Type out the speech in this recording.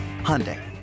Hyundai